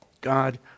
God